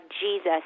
Jesus